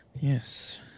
Yes